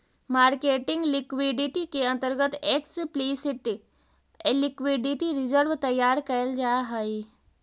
marketing liquidity के अंतर्गत explicit liquidity reserve तैयार कैल जा हई